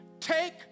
Take